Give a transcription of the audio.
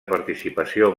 participació